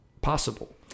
possible